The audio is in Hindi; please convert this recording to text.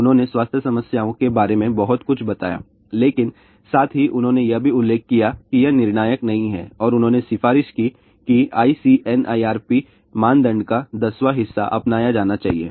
उन्होंने स्वास्थ्य समस्याओं के बारे में बहुत कुछ बताया लेकिन साथ ही उन्होंने यह भी उल्लेख किया कि यह निर्णायक नहीं है और उन्होंने सिफारिश की ICNIRP मानदंड का दसवां हिस्सा अपनाया जाना चाहिए